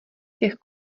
těch